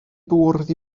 bwrdd